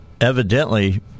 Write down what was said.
evidently